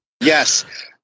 yes